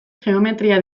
geometria